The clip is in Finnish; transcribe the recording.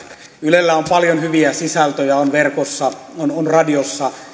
ylellä on paljon hyviä sisältöjä on verkossa on on radiossa